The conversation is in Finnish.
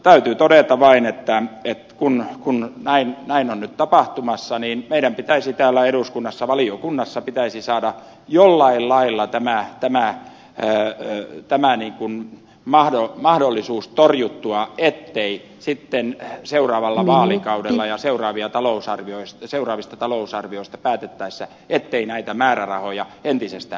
täytyy todeta vain kun näin on nyt tapahtumassa että meidän pitäisi täällä eduskunnassa valiokunnassa saada jollain lailla tämä enää elää tai nainen kun mahtava mahdollisuus torjuttua ettei sitten seuraavalla vaalikaudella ja seuraavista talousarvioista päätettäessä näitä määrärahoja entisestään leikattaisi